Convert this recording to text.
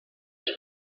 els